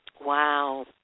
Wow